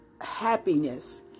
happiness